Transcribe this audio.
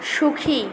সুখী